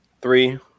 Three